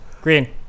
green